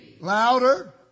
Louder